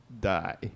die